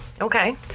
Okay